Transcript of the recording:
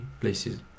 places